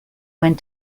went